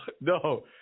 no